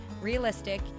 realistic